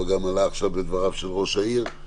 אבל גם עלתה עכשיו בדבריו של ראש העיר,